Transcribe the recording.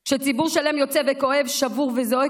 כשציבור שלם יוצא וכואב, שבור וזועק.